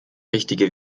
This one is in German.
richtige